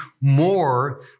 more